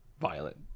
violent